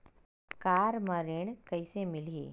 Car म ऋण कइसे मिलही?